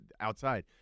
outside